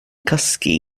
cysgu